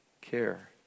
care